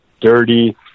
dirty